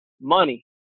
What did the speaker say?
Money